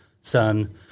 son